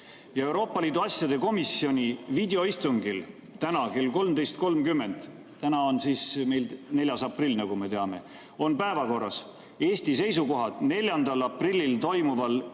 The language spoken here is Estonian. Euroopa Liidu asjade komisjoni videoistungil täna kell 13.30 – täna on meil 4. aprill, nagu me teame – on päevakorras: Eesti seisukohad 4. aprillil 2022 toimuval